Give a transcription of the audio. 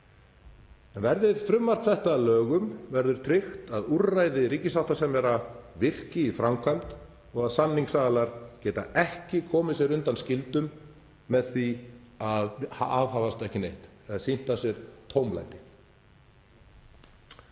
Verði frumvarp þetta að lögum verður tryggt að úrræði ríkissáttasemjara virki í framkvæmd og að samningsaðilar geti ekki komið sér undan skyldum með því að aðhafast ekki neitt eða sýna af sér tómlæti.